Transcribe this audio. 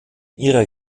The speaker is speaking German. ihrer